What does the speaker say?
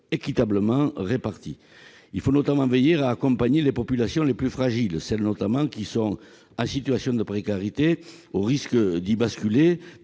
équitablement répartis. Il faut notamment veiller à accompagner les populations les plus fragiles, celles qui sont en situation de précarité énergétique ou risquent d'y basculer